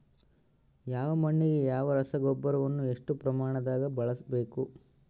ಯಾವ ಮಣ್ಣಿಗೆ ಯಾವ ರಸಗೊಬ್ಬರವನ್ನು ಎಷ್ಟು ಪ್ರಮಾಣದಾಗ ಬಳಸ್ಬೇಕು?